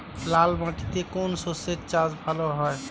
লাল মাটিতে কোন কোন শস্যের চাষ ভালো হয়?